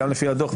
גם לפי הדוח,